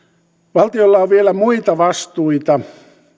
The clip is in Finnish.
valtiolla on vielä muita vastuita